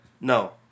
No